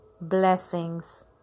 blessings